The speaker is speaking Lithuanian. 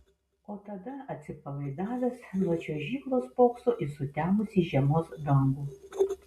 o tada atsipalaidavęs nuo čiuožyklos spokso į sutemusį žiemos dangų